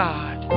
God